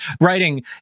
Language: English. Writing